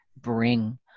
bring